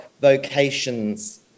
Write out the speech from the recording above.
vocations